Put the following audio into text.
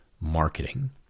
marketing